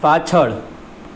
પાછળ